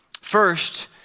First